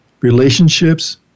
relationships